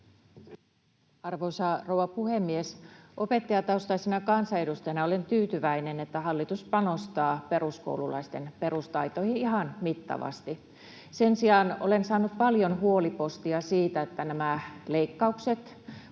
Arvoisa rouva puhemies! Opettajataustaisena kansanedustajana olen tyytyväinen, että hallitus panostaa peruskoululaisten perustaitoihin ihan mittavasti. Sen sijaan olen saanut paljon huolipostia siitä, että nämä leikkaukset